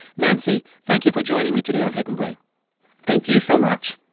nancy, thank you for joining me today on hidden brain thank you so much